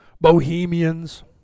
bohemians